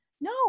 No